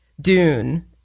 Dune